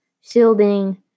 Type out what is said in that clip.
shielding